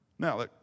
Now